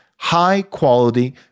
high-quality